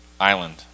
island